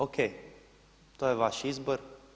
O.k. To je vaš izbor.